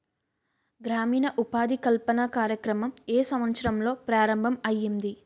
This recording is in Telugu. గ్రామీణ ఉపాధి కల్పన కార్యక్రమం ఏ సంవత్సరంలో ప్రారంభం ఐయ్యింది?